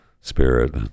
spirit